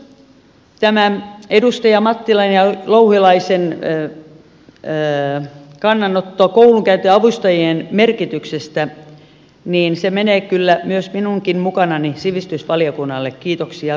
myös tämä edustajien mattila ja louhelainen kannanotto koulunkäyntiavustajien merkityksestä menee kyllä minunkin mukanani sivistysvaliokunnalle kiitoksia vinkistä